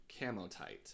camotite